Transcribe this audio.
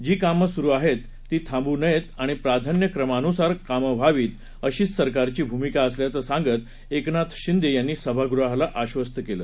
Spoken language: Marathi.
जी कामे सुरू आहेत ती थांबू नयेत आणि प्राधान्यक्रमानुसार कामं व्हावीत अशीच सरकारची भूमिका असल्याचं सांगत एकनाथ शिंदे यांनी सभागृहाला आश्वस्त केलं